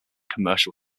commercial